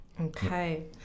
Okay